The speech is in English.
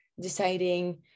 deciding